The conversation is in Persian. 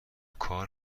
کار